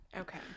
Okay